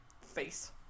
face